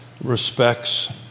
respects